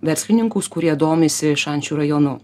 verslininkus kurie domisi šančių rajonu